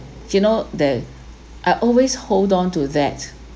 you know the I always hold onto that